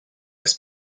was